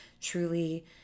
truly